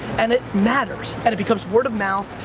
and it matters, and it becomes word of mouth.